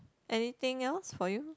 anything else for you